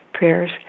Prayers